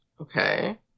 Okay